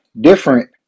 different